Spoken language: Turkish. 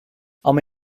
ama